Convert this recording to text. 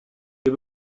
wir